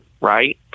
right